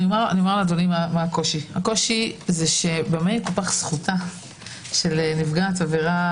הקושי הוא שזכותה של נפגעת עבירה